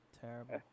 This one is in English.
Terrible